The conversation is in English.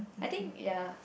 I think ya